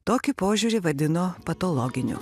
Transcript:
tokį požiūrį vadino patologiniu